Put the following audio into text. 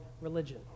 religion